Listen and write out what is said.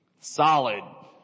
solid